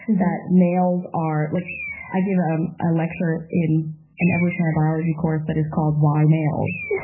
that males are, like i give ah um a lecture in an evolutionary biology course that is called why males?